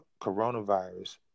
coronavirus